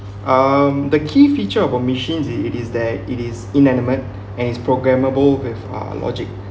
um the key feature of our machines is that it is inanimate and is programmable with uh logic